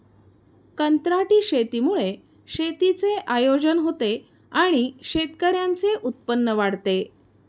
कंत्राटी शेतीमुळे शेतीचे आयोजन होते आणि शेतकऱ्यांचे उत्पन्न वाढते